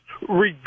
Regardless